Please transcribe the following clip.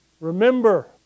Remember